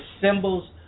symbols